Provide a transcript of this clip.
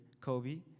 Kobe